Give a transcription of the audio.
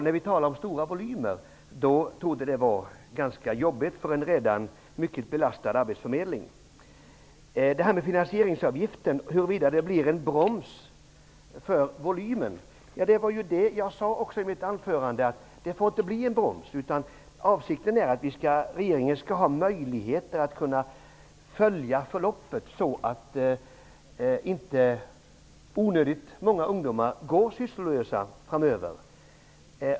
När vi talar om stora volymer, torde detta bli ganska jobbigt för en redan hårt belastad arbetsförmedling. Ingela Thalén tog upp att finansieringsavgiften blir en broms för volymen. Men det var ju det jag sade i mitt anförande. Det får inte bli en broms. Avsikten är att regeringen skall ha möjlighet att följa förloppet, så att inte onödigt många ungdomar går sysslolösa framöver.